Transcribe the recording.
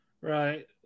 Right